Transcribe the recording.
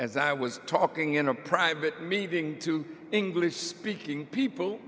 as i was talking in a private meeting two english speaking people